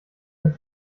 mit